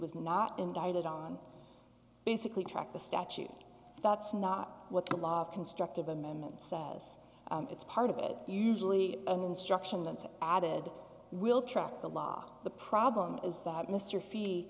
was not indicted on basically track the statute that's not what the law of constructive amendments says it's part of it is usually an instruction and added will track the law the problem is that mr fee